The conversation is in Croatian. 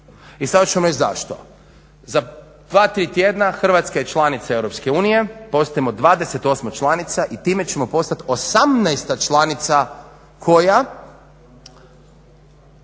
i sada ću vam reći zašto. Za dva, tri tjedna Hrvatska je članica EU, postajemo 28 članica i time ćemo postati 18 članica koja